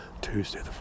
Tuesday